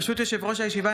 ברשות יושב-ראש הישיבה,